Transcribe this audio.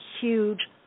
huge